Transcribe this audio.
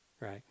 right